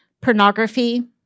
pornography